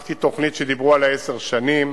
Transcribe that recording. לקחתי תוכנית שדיברו עליה עשר שנים,